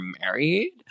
married